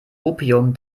opium